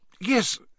yes